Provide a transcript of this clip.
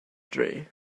dre